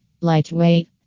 Lightweight